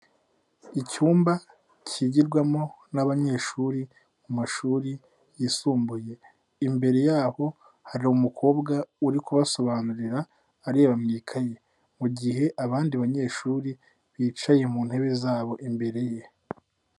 Icyumba cyigirwamo n'abanyeshuri mu mashuri yisumbuye, imbere yabo hariru umukobwa uri kubasobanurira areba mu ikayi, mu gihe abandi banyeshuri bicaye mu ntebe zabo imbere ye.